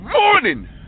morning